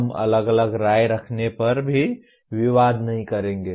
हम अलग अलग राय रखने पर भी विवाद नहीं करेंगे